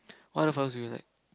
what other flowers do you like